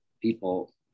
people